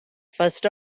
first